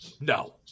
No